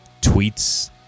tweets